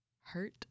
Hurt